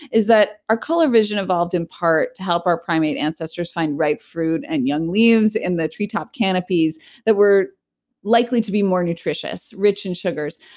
is that, our color vision evolved in part to help our primate ancestors find ripe fruit and young leaves in the tree top canopies that were likely to be more nutritious, rich and sugars.